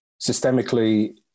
Systemically